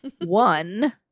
one